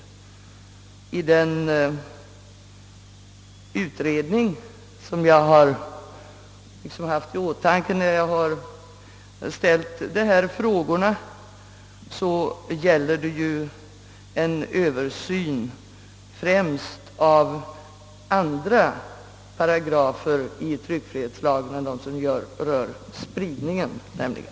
I den utredning som jag har haft i åtanke när jag ställt dessa frågor gäller det nämligen en översyn av främst andra paragrafer i tryckfrihetslagen än dem som rör spridningen.